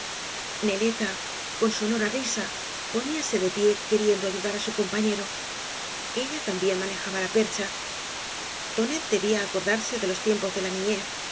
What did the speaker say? neleta con sonora risa poníase de pie que riendo ayudar á su compañero eüa también manejaba la percha tonet debía acordarse de los tiempos de la niñez